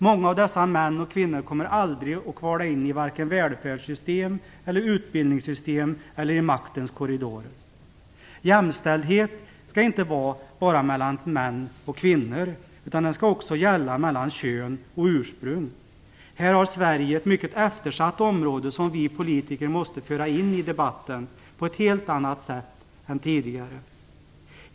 Många av dessa män och kvinnor kommer aldrig att kvala in i välfärdssystemet, utbildningssystemet eller i maktens korridorer. Jämställdhet skall inte bara gälla mellan män och kvinnor utan även mellan kön och ursprung. Här har Sverige ett mycket eftersatt område som vi politiker måste föra in i debatten på ett helt annat sätt än tidigare.